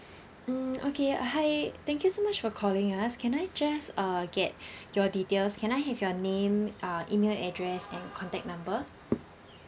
mm okay hi thank you so much for calling us can I just uh get your details can I have your name err email address and contact number